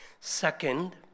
Second